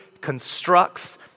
constructs